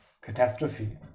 catastrophe